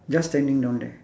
just standing down there